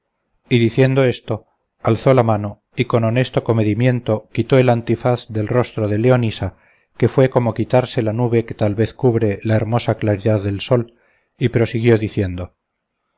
y diciendo esto alzó la mano y con honesto comedimiento quitó el antifaz del rostro de leonisa que fue como quitarse la nube que tal vez cubre la hermosa claridad del sol y prosiguió diciendo